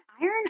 iron